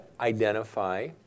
identify